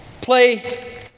play